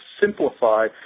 simplify